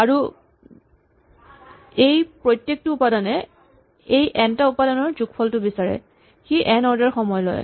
আৰু এই প্ৰত্যেকটো উপাদানে এই এন টা উপাদানৰ যোগফলটো বিচাৰে সি এন অৰ্ডাৰ সময় লয়